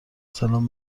سلام